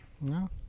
No